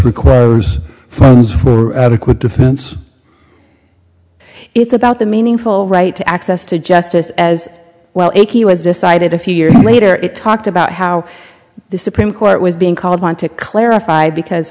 requires funds for adequate defense it's about the meaningful right to access to justice as well as decided a few years later it talked about how the supreme court was being called want to clarify because